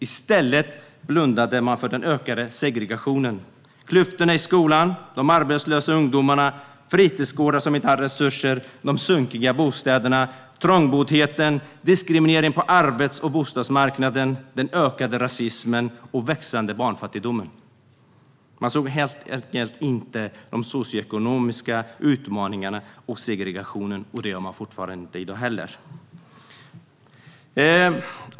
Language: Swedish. Man blundade för den ökade segregationen, klyftorna i skolan, de arbetslösa ungdomarna, fritidsgårdar som inte hade resurser, de sunkiga bostäderna, trångboddheten, diskrimineringen på arbets och bostadsmarknaden, den ökade rasismen och den växande barnfattigdomen. Man såg helt enkelt inte de socioekonomiska utmaningarna och segregationen, och det gör man inte heller i dag.